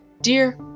Dear